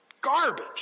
garbage